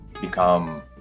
become